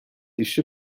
işi